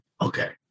okay